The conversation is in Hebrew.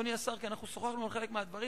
כי אנחנו שוחחנו על חלק מהדברים,